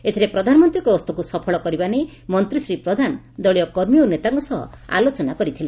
ଏଥିରେ ପ୍ରଧାନମନ୍ତୀଙ୍କ ଗସ୍ତକୁ ସଫଳ କରିବା ନେଇ ମନ୍ତୀ ଶ୍ରୀ ପ୍ରଧାନ ଦଳୀୟ କର୍ମୀ ଓ ନେତାଙ୍କ ସହ ଆଲୋଚନା କରିଥିଲେ